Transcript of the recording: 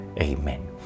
Amen